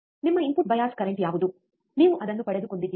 ನಿಮ್ಮ input bias current ಯಾವುದು ನೀವು ಅದನ್ನು ಪಡೆದುಕೊಂಡಿದ್ದೀರಾ